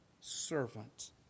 servant